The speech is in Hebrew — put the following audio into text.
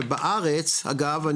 ובארץ אגב,